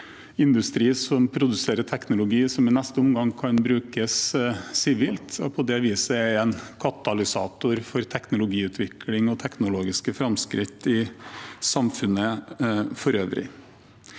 industri som produserer teknologi som i neste omgang kan brukes sivilt, og på det viset er den en katalysator for teknologiutvikling og teknologiske framskritt i samfunnet for øvrig.